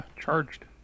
charged